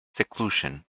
seclusion